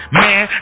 man